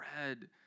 read